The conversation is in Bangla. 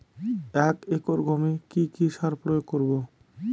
এক একর গমে কি কী সার প্রয়োগ করব?